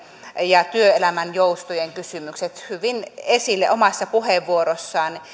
ja työelämän joustojen kysymykset hyvin esille omassa puheenvuorossaan